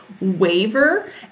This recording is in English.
waver